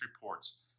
reports